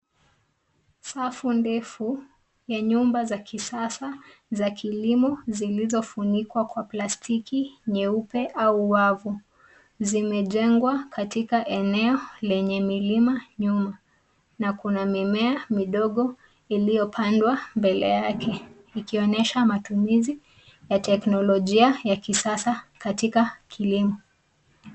Safu ndefu ya nyumba za kisasa za kilimo zilizofunikwa kwa plastiki nyeupe au wavu. Zimejengwa katika eneo lenye milima nyuma na kuna mimea midogo iliyopandwa mbele yake ikionyesha matumizi ya teknolojia ya kisasa katika kilimo.